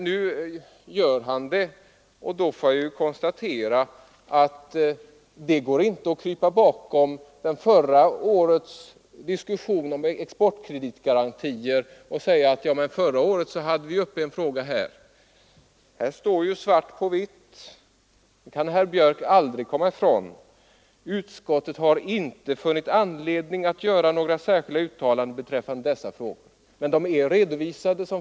Nu gör han det, och då får jag konstatera att det inte går att krypa bakom förra årets diskussion om exportkreditgarantier och säga att vi förra året hade frågan uppe. Herr Björck kan inte komma ifrån att utskottet anför: ”Utskottet har inte funnit anledning att göra några särskilda uttalanden beträffande dessa frågor.” Fakta är redovisade.